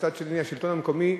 ומצד שני השלטון המקומי,